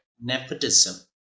nepotism